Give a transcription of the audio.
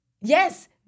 Yes